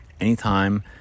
anytime